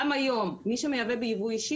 גם היום מי שמייבא בייבוא אישי,